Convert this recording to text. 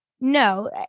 no